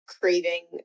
craving